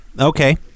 okay